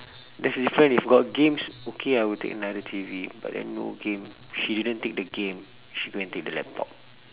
there's the different if got games okay I will take another T_V but then no game she didn't take the game she go and take the laptop